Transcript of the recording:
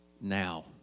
now